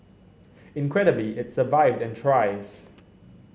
incredibly it survived and thrives